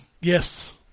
Yes